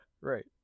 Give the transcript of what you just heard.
Right